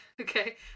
okay